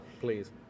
please